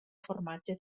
formatge